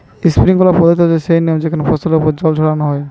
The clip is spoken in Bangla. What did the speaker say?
স্প্রিংকলার পদ্ধতি হচ্ছে সেই নিয়ম যেখানে ফসলের ওপর জল ছড়ানো হয়